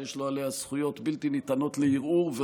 יש לו זכויות בלתי ניתנות לערעור עליה